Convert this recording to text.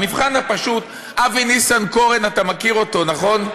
במבחן הפשוט אבי ניסנקורן, אתה מכיר אותו, נכון?